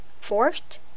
Fourth